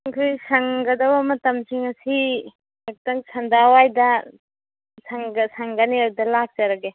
ꯑꯩꯈꯣꯏꯒꯤ ꯁꯪꯒꯗꯧꯕ ꯃꯇꯝꯁꯤꯡ ꯑꯁꯤ ꯉꯥꯛꯇꯪ ꯁꯟꯗꯥ ꯋꯥꯏꯗ ꯁꯪꯒꯅꯤ ꯑꯗꯨꯗ ꯂꯥꯛꯆꯔꯒꯦ